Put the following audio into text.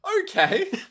Okay